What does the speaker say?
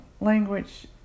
language